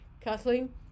Kathleen